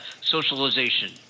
socialization